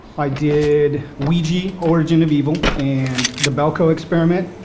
i did ouija origin of evil, and the belko experiment.